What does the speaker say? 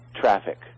traffic